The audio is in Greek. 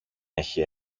έχει